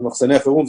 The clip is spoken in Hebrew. במחסני החירום,